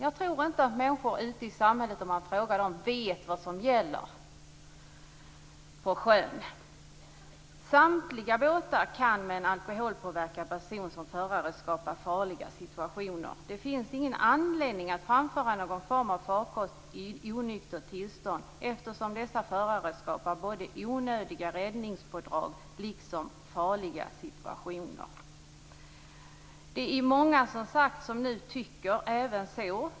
Jag tror inte att människor ute i samhället vet vad som gäller på sjön. Samtliga båtar kan med en alkoholpåverkad person som förare skapa farliga situationer. Det finns ingen anledning att framföra någon form av farkost i onyktert tillstånd. Dessa förare skapar såväl onödiga räddningspådrag som farliga situationer. Många tycker så.